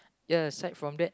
ya aside from that